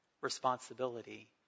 Responsibility